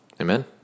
Amen